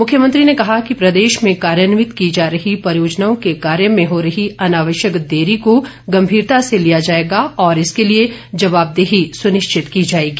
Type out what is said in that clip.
मुख्यमंत्री ने कहा कि ्प्रदेश में कार्यान्वित की जा रही परियोजनाओं के कार्य में हो रही अनावश्यक देरी को गंभीरता से लिया जाएगा और इसके लिए जवाबदेही सुनिश्चित की जाएगी